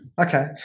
okay